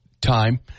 time